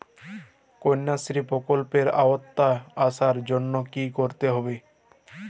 কন্যাশ্রী প্রকল্পের আওতায় আসার জন্য কী করতে হবে?